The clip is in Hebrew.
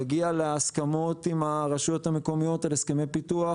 להגיע להסכמות עם הרשויות המקומיות על הסכמי פיתוח,